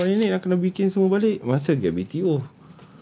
kalau macam rumah you kalau bikin semua balik might as well get B_T_O